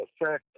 effect